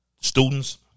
students